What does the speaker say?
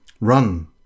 Run